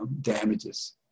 damages